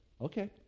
Okay